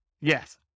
Yes